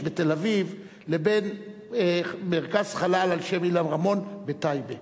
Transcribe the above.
בתל-אביב לבין מרכז חלל על שם אילן רמון בטייבה,